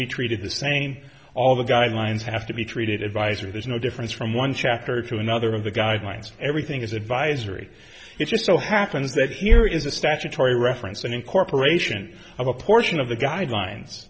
be treated the same all the guidelines have to be treated advisory there's no difference from one chapter to another of the guidelines everything is advisory it just so happens that here is a statutory reference an incorporation of a portion of the guidelines